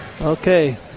Okay